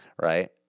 right